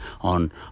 on